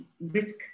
risk